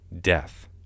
Death